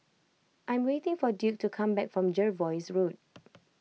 I'm waiting for Duke to come back from Jervois Road